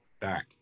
back